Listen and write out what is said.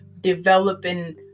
developing